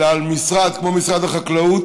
אלא על משרד כמו משרד החקלאות